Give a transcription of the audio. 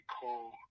call